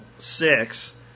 six